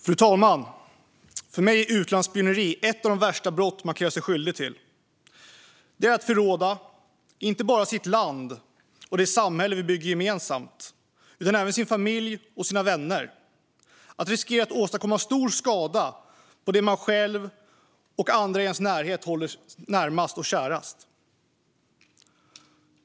Fru talman! För mig är utlandsspioneri ett av de värsta brott man kan göra sig skyldig till. Det är att förråda inte bara sitt land och det samhälle vi bygger gemensamt utan även sin familj och sina vänner. Det handlar om att riskera att åstadkomma stor skada på det man själv och andra i ens närhet håller kärast.